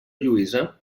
lluïsa